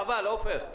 חבל, עופר.